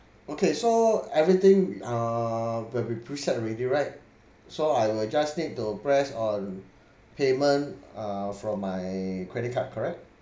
okay so everything uh will be preset already right so I will just need to press on payment uh from my credit card correct